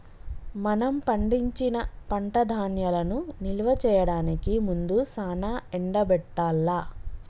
మనం పండించిన పంట ధాన్యాలను నిల్వ చేయడానికి ముందు సానా ఎండబెట్టాల్ల